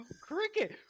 Cricket